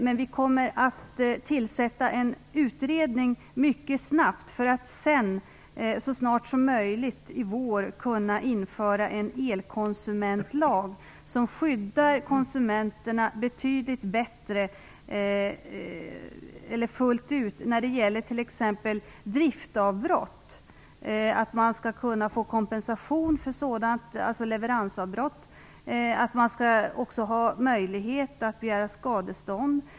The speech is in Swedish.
Men vi kommer att mycket snabbt tillsätta en utredning för att så snart som möjligt i vår kunna införa en elkonsumentlag som skyddar konsumenterna fullt ut när det gäller t.ex. leveransavbrott. Då skall man kunna få kompensation och ha möjlighet att begära skadestånd.